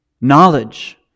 Knowledge